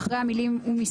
אתם לא עובדים למען הציבור,